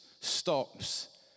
stops